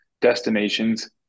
destinations